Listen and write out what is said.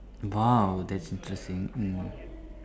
!wow! that's interesting mm